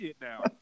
now